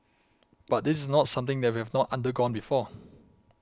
but this is not something that we have not undergone before